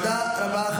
תודה רבה.